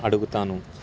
అడుగుతాను